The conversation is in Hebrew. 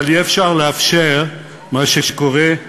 אבל אי-אפשר לאפשר מה שקורה,